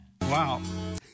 Wow